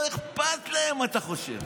לא אכפת להם מה אתה חושב,